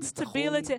ביציבות,